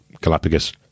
Galapagos